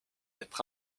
être